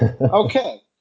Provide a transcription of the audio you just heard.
Okay